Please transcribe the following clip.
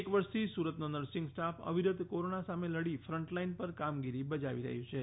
એક વર્ષથી સુરતનો નર્સિંગ સ્ટાફ અવિરત કોરોના સામે લડી ફ્રન્ટલાઈન પર કામગીરી બજાવી રહ્યા છે